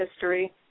history